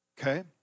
Okay